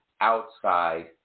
outside